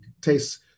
tastes